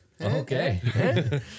Okay